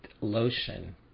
lotion